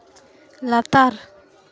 ᱞᱟᱛᱟᱨ